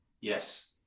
Yes